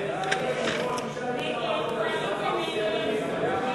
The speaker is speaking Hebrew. ההסתייגות (110)